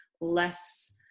less